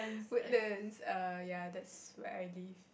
Woodlands err ya that's where I live